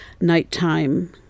nighttime